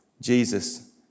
Jesus